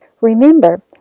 Remember